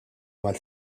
mal